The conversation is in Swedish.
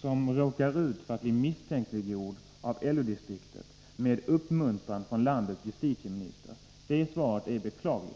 som råkar ut för att bli oskyldigt misstänkliggjord av LO-distriktet, som i sin tur har uppmuntran från landets justitieminister? Justitieministerns svar är beklagligt.